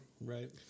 right